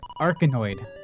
Arkanoid